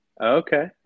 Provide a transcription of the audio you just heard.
Okay